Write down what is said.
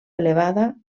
elevada